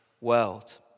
world